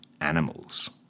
animals